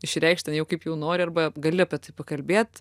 išreikšt ten jau kaip jau nori arba gali apie tai pakalbėt